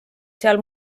seal